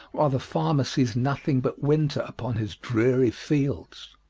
while the farmer sees nothing but winter upon his dreary fields.